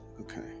Okay